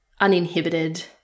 uninhibited